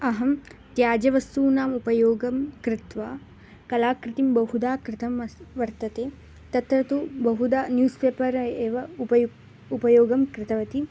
अहं त्याज्य वस्तूनाम् उपयोगं कृत्वा कलाकृतिं बहुधा कृतम् अस् वर्तते तत्र तु बहुदा न्यूस् पेपर् एव उपयुक् उपयोगं कृतवती